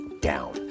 down